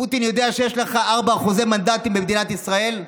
פוטין יודע שיש לך 4% מנדטים במדינת ישראל?